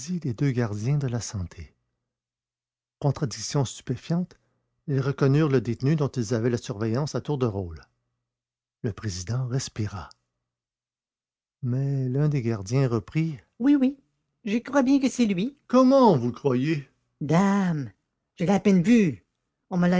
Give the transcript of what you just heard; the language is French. les deux gardiens de la santé contradiction stupéfiante ils reconnurent le détenu dont ils avaient la surveillance à tour de rôle le président respira mais l'un des gardiens reprit oui oui je crois bien que c'est lui comment vous croyez dame je l'ai à peine vu